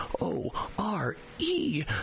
o-r-e